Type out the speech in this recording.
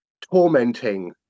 tormenting